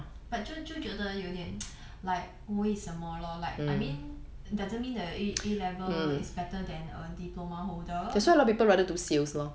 but 就就觉得有点 union like 为什么 lor like I mean doesn't mean that A level is better than a diploma holder